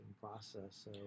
process